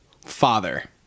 Father